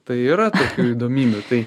tai yra tokių įdomybių tai